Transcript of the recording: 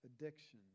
addiction